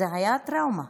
זה היה טראומה.